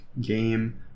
game